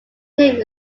name